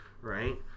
right